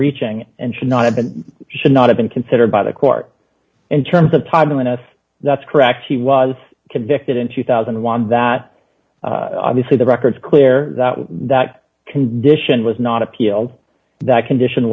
overreaching and should not have been should not have been considered by the court in terms of toggling us that's correct he was convicted in two thousand and one that obviously the record clear that condition was not appealed that condition